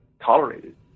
tolerated